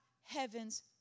heaven's